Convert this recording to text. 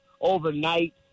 overnight